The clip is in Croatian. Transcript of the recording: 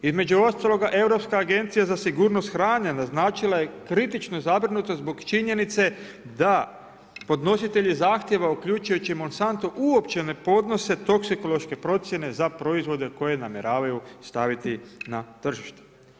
Između ostaloga europska agencija za sigurnost hrane naznačila je kritičnu zabrinutost zbog činjenice, da podnositelji zahtjeva, uključujući Monsanto, uopće ne podnose toksikološke procjene za proizvode koje namjeravaju staviti na tržište.